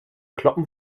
kloppen